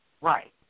Right